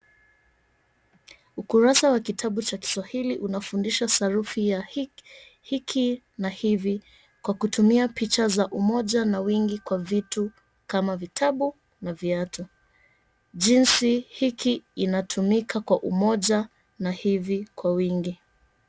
Ukurasa wa kitabu cha kiswahili unafundisha sarufi ya hiki na hivi kwa kutumia picha za umoja na wingi kwa vitu kama vitabu na viatu jinsi hiki inatumika kwa umoja na hivi kwa wingi.